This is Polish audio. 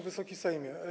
Wysoki Sejmie!